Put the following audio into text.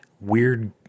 Weird